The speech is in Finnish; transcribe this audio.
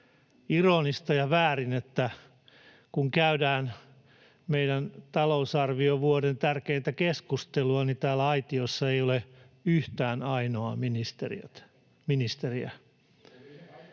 ironista ja väärin, että kun käydään meidän talousarviovuoden tärkeintä keskustelua, niin täällä aitiossa ei ole yhtään ainoaa ministeriä.